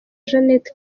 jeanette